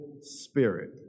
Spirit